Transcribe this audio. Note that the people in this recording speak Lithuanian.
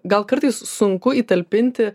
gal kartais sunku įtalpinti